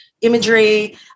imagery